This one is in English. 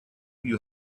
you